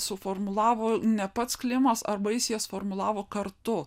suformulavo ne pats klimas arba jis jas formulavo kartu